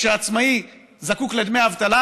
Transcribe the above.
כשהעצמאי זקוק לדמי אבטלה,